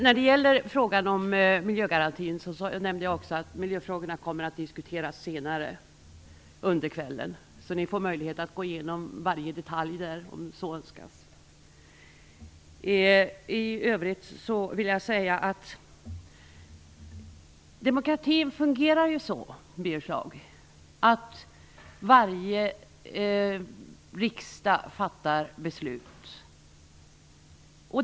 Vad gäller miljögaranti nämnde jag också att miljöfrågorna kommer att diskuteras senare under kvällen. Det kommer att finnas möjlighet att gå igenom varje detalj, om så önskas. I övrigt vill jag säga till Birger Schlaug att demokratin fungerar så att varje riksdag fattar beslut.